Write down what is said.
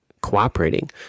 cooperating